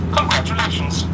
Congratulations